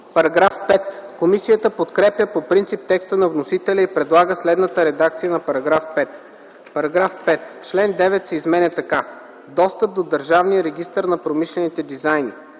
ДОБРЕВ: Комисията подкрепя по принцип текста на вносителя и предлага следната редакция на § 5: „§ 5. Член 9 се изменя така: „Достъп до Държавния регистър на промишлените дизайни